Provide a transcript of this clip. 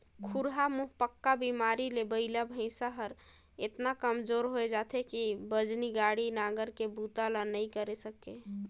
खुरहा मुहंपका बेमारी ले बइला भइसा हर एतना कमजोर होय जाथे कि बजनी गाड़ी, नांगर के बूता ल नइ करे सके